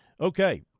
Okay